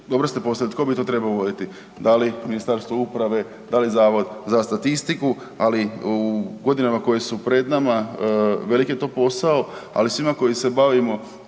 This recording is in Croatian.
dobro ste postavili, tko bi to trebao voditi da li Ministarstvo uprave, da li Zavod za statistiku, ali u godinama koje su pred nama velik je to posao, ali svima koji se bavimo